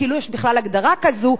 כאילו יש בכלל הגדרה כזו.